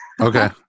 okay